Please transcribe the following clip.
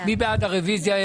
מי בעד קבלת הרביזיה?